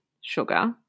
sugar